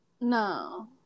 No